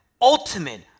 ultimate